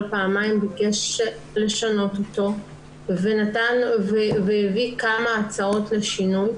פעמיים ביקש לשנות אותו והביא כמה הצעות לשינוי.